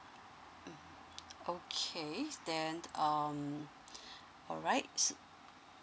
mm okay then um alright